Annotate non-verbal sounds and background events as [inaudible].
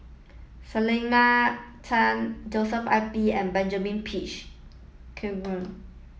Selena Tan Joshua I P and Benjamin Peach [unintelligible]